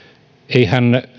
eihän